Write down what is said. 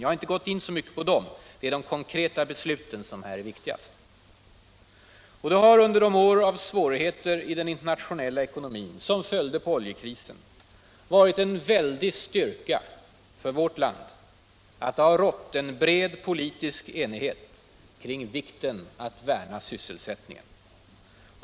Jag har inte gått in på dem. Det är de konkreta besluten som är viktigast. Det har under de år av svårigheter i den internationella ekonomin som följde på oljekrisen varit en väldig styrka för vårt land att det rått bred politisk enighet kring vikten att värna sysselsättningen.